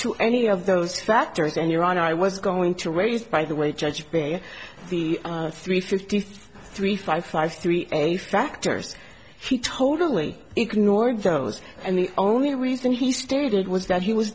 to any of those factors and your honor i was going to raise by the way judge by the three fifty three five five three a factors he totally ignored those and the only reason he stated was that he was